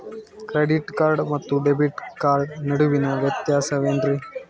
Credit card ಮತ್ತು debit card ನಡುವಿನ ವ್ಯತ್ಯಾಸ ವೇನ್ರೀ?